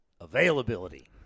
availability